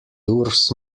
durchs